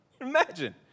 Imagine